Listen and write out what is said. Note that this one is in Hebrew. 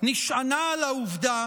שלהם נשענה על העובדה